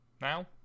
now